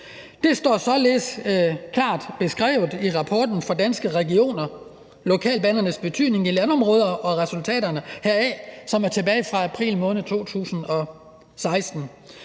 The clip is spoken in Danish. det står således klart beskrevet i rapporten fra Danske Regioner, »Lokalbanernes betydning i landområderne og resultater«, som er tilbage fra april måned 2016.